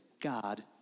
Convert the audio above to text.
God